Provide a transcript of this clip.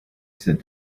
sit